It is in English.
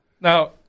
now